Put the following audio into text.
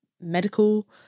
medical